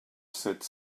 sept